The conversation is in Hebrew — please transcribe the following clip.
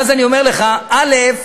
ואז אני אומר לך: א.